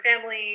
family